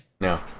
No